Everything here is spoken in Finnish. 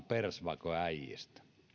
persvakoäijinä